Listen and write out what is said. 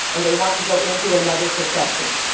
or they want to go into another profession.